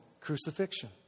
crucifixion